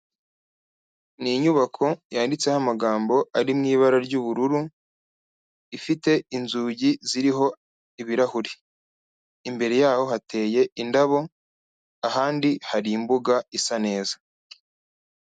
Ni inyubako yanditseho amagambo ari mu ibara ry'ubururu, ifite inzugi ziriho ibirahure, imbere yaho hateye indabo ahandi hari imbuga isa neza.